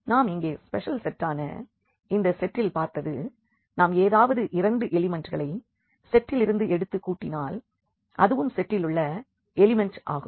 நாம் இங்கே ஸ்பெஷல் செட்டான இந்த செட்டில் பார்த்தது நாம் ஏதாவது இரண்டு எலிமண்ட்டுகளை செட்டில் இருந்து எடுத்து கூட்டினால் அதுவும் செட்டிலுள்ள எலிமண்ட் ஆகும்